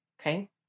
okay